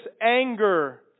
Anger